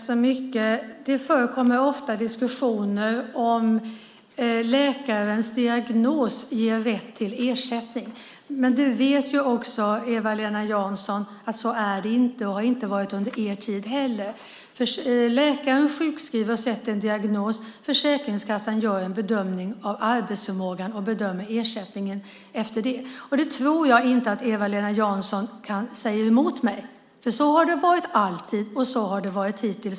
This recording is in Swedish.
Fru talman! Det förekommer ofta diskussioner om läkarens diagnos ger rätt till ersättning. Men Eva-Lena Jansson vet att det inte är så, och det har inte varit så under er tid heller. Läkaren sjukskriver och sätter en diagnos. Försäkringskassan gör en bedömning av arbetsförmågan och bedömer ersättningen efter det. Jag tror inte att Eva-Lena Jansson säger emot mig. Så har det alltid varit.